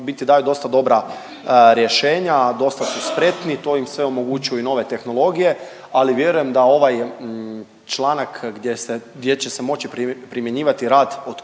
daju dosta dobra rješenja, dosta su spretni, to im sve omogućuju nove tehnologije ali vjerujem da ovaj članak gdje se, gdje će se moći primjenjivati rad od